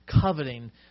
coveting